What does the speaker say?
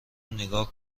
نیگا